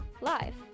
live